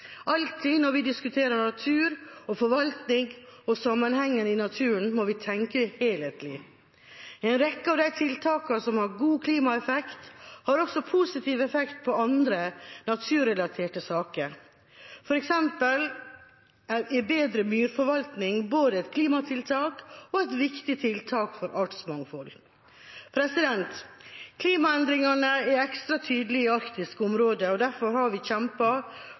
Alltid når vi diskuterer natur og forvaltning og sammenhengen i naturen, må vi tenke helhetlig. En rekke av de tiltakene som har god klimaeffekt, har også positiv effekt på andre naturrelaterte saker. For eksempel er bedre myrforvaltning både et klimatiltak og et viktig tiltak for artsmangfold. Klimaendringene er ekstra tydelige i arktiske områder. Derfor har vi